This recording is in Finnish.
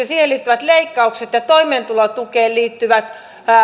siihen liittyvissä leikkauksissa ja toimeentulotukeen liittyvissä